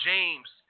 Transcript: James